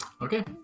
Okay